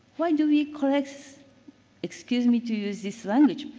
why do we collect excuse me to use this language,